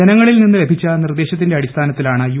ജനങ്ങളിൽ നിന്ന് ലഭിച്ച് നിർദ്ദേശത്തിന്റെ അടിസ്ഥാനത്തിലാണ് യു